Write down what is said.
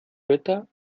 wetter